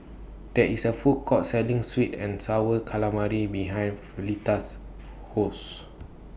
There IS A Food Court Selling Sweet and Sour Calamari behind Fleeta's House